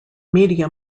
media